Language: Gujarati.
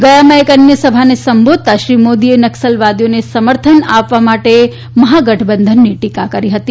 ગયામાં એક અન્ય સભાને સંબોધતા શ્રી મોદીએ નકસલવાદીઓને સમર્થન આપવા માટે મહાગઠબંધનની ટીકા કરી હતી